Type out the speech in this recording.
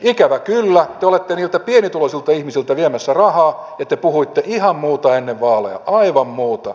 ikävä kyllä te olette niiltä pienituloisilta ihmisiltä viemässä rahaa ja te puhuitte ihan muuta ennen vaaleja aivan muuta